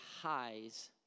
highs